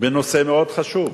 נושא מאוד חשוב,